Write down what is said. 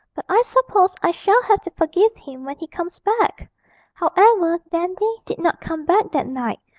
but i suppose i shall have to forgive him when he comes back however, dandy did not come back that night,